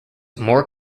more